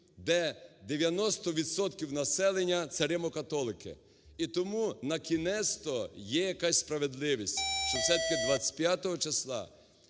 населення це римо-католики. І тому, на кінець-то, є якась справедливість, що все-таки 25 числа